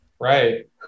Right